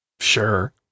sure